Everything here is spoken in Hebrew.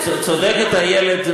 צודקת איילת,